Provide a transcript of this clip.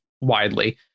widely